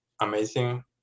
amazing